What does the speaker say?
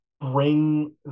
bring